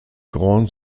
grand